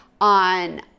on